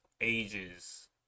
ages